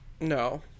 No